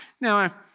Now